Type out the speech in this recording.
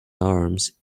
arms